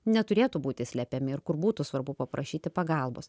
neturėtų būti slepiami ir kur būtų svarbu paprašyti pagalbos